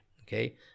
okay